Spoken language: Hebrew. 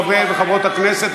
חברי וחברות הכנסת,